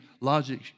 logic